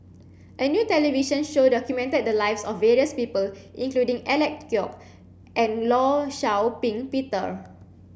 a new television show documented the lives of various people including Alec Kuok and Law Shau Ping Peter